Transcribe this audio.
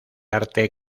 arte